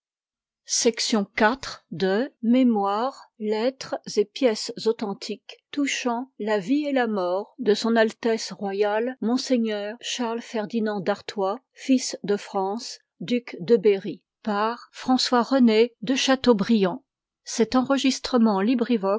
de seine mémoires lettres et pièges authentiques touchant la vie et la mort de s a r monseigneur charles ferdinand dartois fils de france duc de berry par m le v de chateaubriand